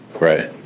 Right